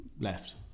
left